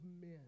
men